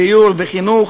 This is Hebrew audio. דיור וחינוך,